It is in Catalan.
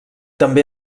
també